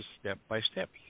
step-by-step